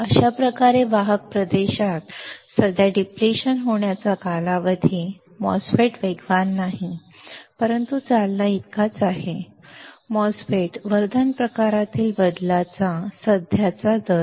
अशाप्रकारे वाहक प्रदेशात सध्या डिप्लेशन होण्याचा कालावधी MOSFET वेगवान नाही परंतु चालनाइतकाच आहे MOSFET वर्धन प्रकारातील बदलाचा सध्याचा दर